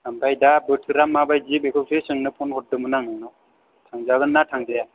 ओमफ्राय दा बोथोरा माबादि बेखौसो सोंनो फन हरदोंमोन आं नोंनाव थांजागोन ना थांजाया